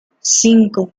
cinco